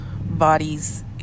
bodies